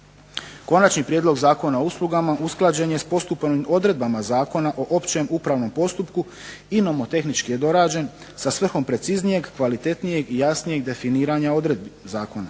Konačni prijedlog zakona o uslugama usklađen je sa postupovnim odredbama Zakona o općem upravnom postupku i nomotehnički je dorađen sa svrhom preciznijeg, kvalitetnijeg i jasnijeg definiranja odredbi tog zakona